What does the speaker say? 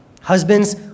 Husbands